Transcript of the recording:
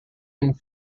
and